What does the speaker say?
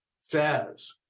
says